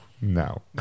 No